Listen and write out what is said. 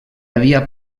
havia